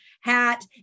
hat